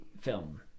film